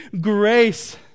grace